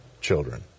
children